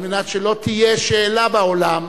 על מנת שלא תהיה שאלה בעולם